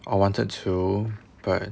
I wanted to but